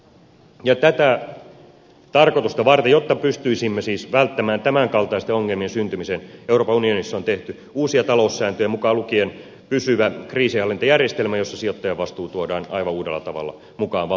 ja tätä tarkoitusta varten jotta pystyisimme siis välttämään tämänkaltaisten ongelmien syntymisen euroopan unionissa on tehty uusia taloussääntöjä mukaan lukien pysyvä kriisinhallintajärjestelmä jossa sijoittajan vastuu tuodaan aivan uudella tavalla mukaan valtion velkapaperimarkkinoille